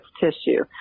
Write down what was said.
tissue